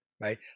right